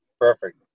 perfect